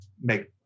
make